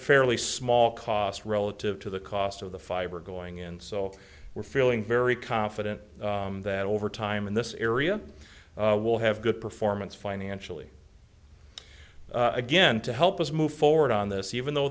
fairly small cost relative to the cost of the fiber going in so we're feeling very confident that over time in this area we'll have good performance financially again to help us move forward on this even though